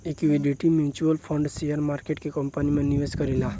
equity mutual fund share market के company में निवेश करेला